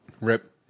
Rip